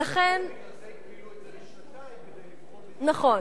בגלל זה הגבילו את זה לשנתיים, נכון.